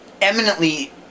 eminently